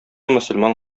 мөселман